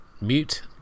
mute